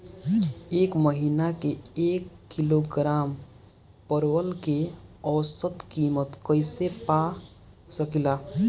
एक महिना के एक किलोग्राम परवल के औसत किमत कइसे पा सकिला?